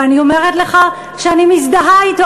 ואני אומרת לך שאני מזדהה אתו,